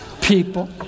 People